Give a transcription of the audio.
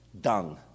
dung